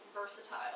versatile